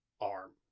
arm